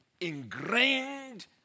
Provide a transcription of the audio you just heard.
ingrained